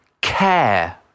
care